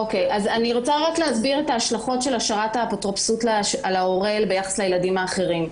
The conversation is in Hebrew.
אני אסביר את ההשלכות של השארת האפוטרופסות להורה ביחס לילדים האחרים.